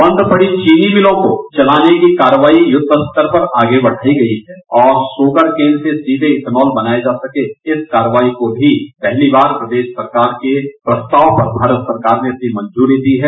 बंद पड़े चीनी मिलों को चलाने की कार्यवाई युद्ध स्तर पर आगे बढ़ती गई है और शुगर कन से सीधे एथनॉल बनाये जा सके इस कार्यवाई को भी पहली बार प्रदेश सरकार के प्रस्ताव पर भारत सरकार ने अपनी मंजूरी दी है